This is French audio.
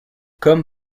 comme